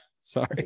sorry